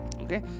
Okay